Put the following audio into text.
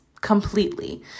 completely